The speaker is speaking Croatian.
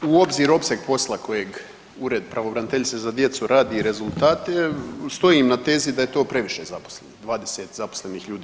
Uzevši u obzir opseg posla kojeg Ured pravobraniteljice za djecu radi i rezultate stojim na tezi da je to previše zaposlenih, 20 zaposlenih ljudi.